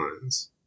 lines